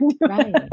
Right